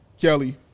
Kelly